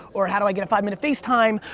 or, how do i get a five-minute facetime?